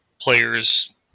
players